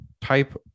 type